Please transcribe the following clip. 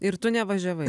ir tu nevažiavai